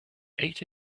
ate